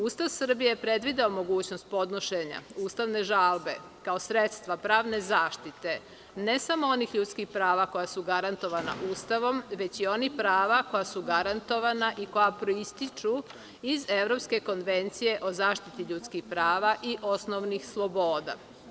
Ustav Srbije je predvideo mogućnost podnošenja ustavne žalbe kao sredstva pravne zaštite ne samo onih ljudskih prava koja su garantovana Ustavom, već i onih prava koja su garantovana i koja proističu iz Evropske konvencije o zaštiti ljudskih prava i osnovnih sloboda.